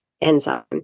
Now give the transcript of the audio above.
enzyme